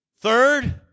third